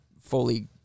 Fully